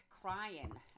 crying